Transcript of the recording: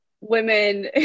women